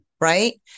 Right